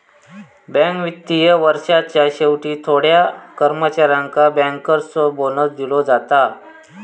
bank वित्तीय वर्षाच्या शेवटी थोड्या कर्मचाऱ्यांका बँकर्सचो बोनस दिलो जाता